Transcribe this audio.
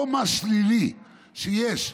אותו מס שלילי שיש,